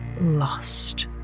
lost